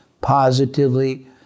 positively